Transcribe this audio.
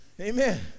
Amen